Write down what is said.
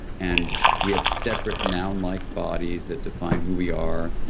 and we have separate noun-like bodies that define who we are,